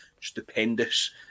stupendous